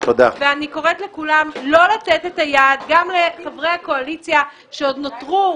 ואני קוראת לכולם לא לתת את היד גם לחברי הקואליציה שעוד נותרו,